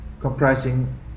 comprising